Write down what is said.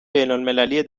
بینالمللی